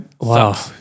Wow